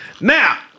Now